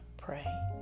Pray